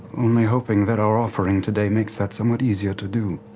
only hoping that our offering today makes that somewhat easier to do.